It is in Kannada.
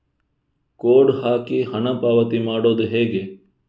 ಕೋಡ್ ಹಾಕಿ ಹಣ ಪಾವತಿ ಮಾಡೋದು ಹೇಗೆ?